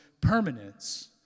permanence